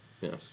Yes